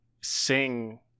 sing